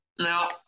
Now